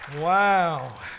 Wow